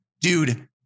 dude